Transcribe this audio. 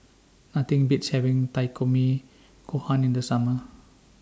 Nothing Beats having Takikomi Gohan in The Summer